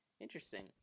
Interesting